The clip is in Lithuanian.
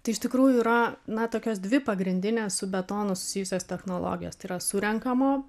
tai iš tikrųjų yra na tokios dvi pagrindinės su betonu susijusios technologijos tai yra surenkamo